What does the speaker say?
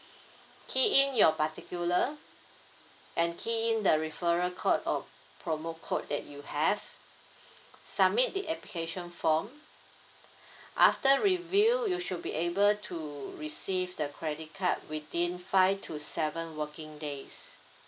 key in your particular and key in the referral code or promo code that you have submit the application form after reviewed you should be able to receive the credit card within five to seven working days